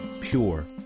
pure